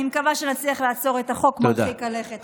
אני מקווה שנצליח לעצור את החוק מרחיק הלכת הזה.